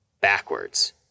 backwards